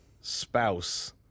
spouse